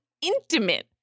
intimate